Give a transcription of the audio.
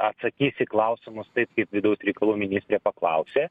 atsakys į klausimus taip kaip vidaus reikalų ministrė paklausė